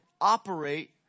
operate